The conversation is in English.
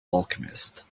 alchemist